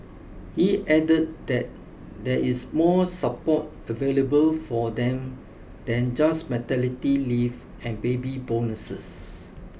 he added that there is more support available for them than just maternity leave and baby bonuses